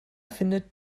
findet